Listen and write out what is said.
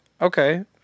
Okay